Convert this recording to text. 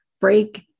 break